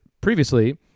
previously